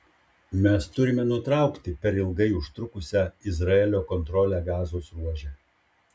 mes turime nutraukti per ilgai užtrukusią izraelio kontrolę gazos ruože